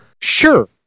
Sure